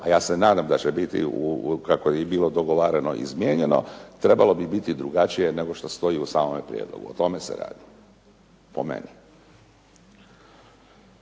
a ja se nadam da će biti kako je bilo dogovarano i izmijenjeno, trebalo bi biti drugačije nego što stoji u samome prijedlogu. O tome se radi po meni.